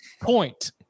point